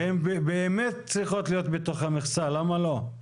הן באמת צריכות להיות בתוך המכסה, למה לא?